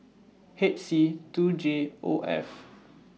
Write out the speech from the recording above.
H C two J O F